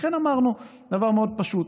לכן אמרנו דבר מאוד פשוט: